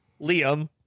Liam